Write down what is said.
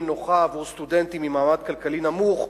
נוחה עבור סטודנטים ממעמד כלכלי נמוך,